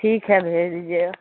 ٹھیک ہے بھیج دیجیے گا